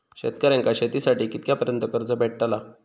शेतकऱ्यांका शेतीसाठी कितक्या पर्यंत कर्ज भेटताला?